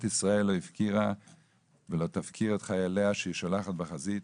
ישראל לא הפקירה ולא תפקיר את חייליה שהיא שולחת בחזית,